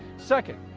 second,